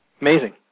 Amazing